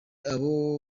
abo